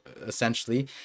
essentially